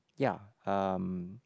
ya um